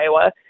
Iowa